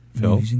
Phil